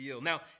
Now